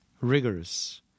rigorous